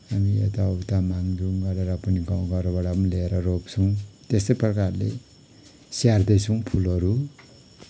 हामी एता उता मागमुग गरेर पनि गाउँघरबाट पनि ल्याएर रोप्छौँ त्यस्तै प्रकारले स्याहार्दैछौँ फुलहरू